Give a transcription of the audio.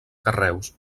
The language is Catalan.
carreus